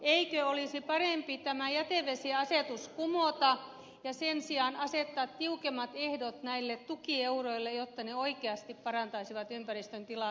eikö olisi parempi tämä jätevesiasetus kumota ja sen sijaan asettaa tiukemmat ehdot näille tukieuroille jotta ne oikeasti parantaisivat ympäristön tilaa